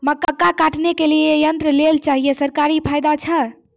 मक्का काटने के लिए यंत्र लेल चाहिए सरकारी फायदा छ?